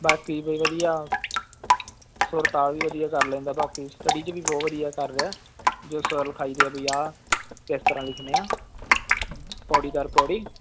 ਬਾਕੀ ਵਧੀਆ ਸੁਰ ਤਾਲ ਵੀ ਵਧੀਆ ਕਰ ਲੈਂਦਾ ਬਾਕੀ ਸਟਡੀ 'ਚ ਵੀ ਬਹੁਤ ਵਧੀਆ ਕਰ ਰਿਹਾ ਜੋ ਸੁਰ ਲਿਖਾਈ ਦੇ ਆ ਵੀ ਆਹ ਕਿਸ ਤਰ੍ਹਾਂ ਲਿਖਣੇ ਆ ਪੌੜੀ ਦਰ ਪੌੜੀ